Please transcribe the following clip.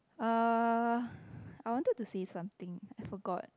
uh I wanted to say something I forgot